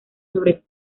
sobre